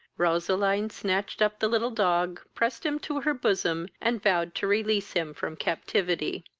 roseline snatched up the little dog, pressed him to her bosom, and vowed to release him from captivity.